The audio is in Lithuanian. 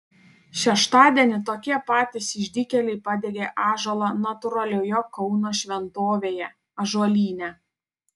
šeštadienį tokie patys išdykėliai padegė ąžuolą natūralioje kauno šventovėje ąžuolyne